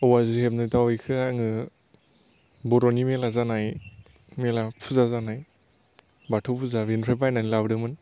औवाजो हेबनाय दाव बेखौ आङो बर'नि मेला जानाय मेला फुजा जानाय बाथौ फुजा बेनिफ्राय बायनानै लाबोदोंमोन